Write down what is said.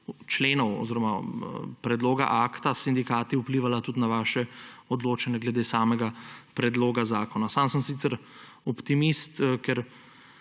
usklajenosti predloga akta s sindikati vplivala tudi na vaše odločanje glede samega predloga zakona. Sam sem sicer optimist, ker